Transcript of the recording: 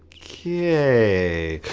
kay.